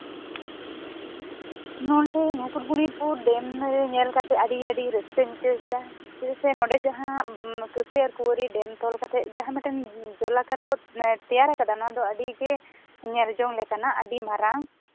ᱱᱚᱸᱰᱮ Mukutmanipur dam ᱨᱮ ᱧᱮᱞ ᱠᱟᱛᱮᱫ ᱟᱹᱰᱤᱼᱟᱹᱰᱤ ᱨᱟᱹᱥᱠᱟᱹᱧ ᱟᱹᱭᱠᱟᱹᱣ ᱠᱮᱫᱟ ᱪᱮᱫᱟᱜ ᱥᱮ ᱱᱚᱸᱰᱮ ᱡᱟᱦᱟᱸ ᱠᱟᱺᱥᱟᱹᱭ ᱟᱨ ᱠᱩᱶᱟᱹᱨᱤ ᱰᱮᱢ ᱛᱚᱞ ᱠᱟᱛᱮᱫ ᱡᱟᱦᱟᱸ ᱢᱤᱫᱴᱮᱱ ᱡᱚᱞᱟᱠᱟᱨ ᱠᱚ ᱢᱟᱱᱮ ᱛᱮᱭᱟᱨ ᱟᱠᱟᱫᱟ ᱱᱚᱶᱟ ᱫᱚ ᱟᱹᱰᱤ ᱜᱮ ᱧᱮᱞ ᱡᱚᱝ ᱞᱮᱠᱟᱱᱟᱜ ᱟᱹᱰᱤ ᱢᱟᱨᱟᱝ